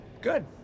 Good